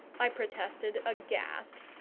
i protested, aghast.